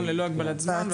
ללא הגבלת זמן.